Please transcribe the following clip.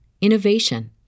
innovation